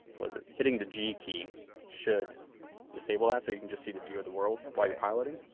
was it hitting the g key should disable that so you can just see the view of the world while you're piloting.